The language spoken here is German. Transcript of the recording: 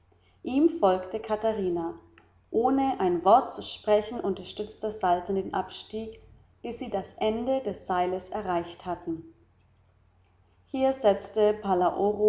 ihm folgte katharina ohne ein wort zu sprechen unterstützte saltner den abstieg bis sie das ende des seils erreicht hatten hier setzte